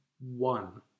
one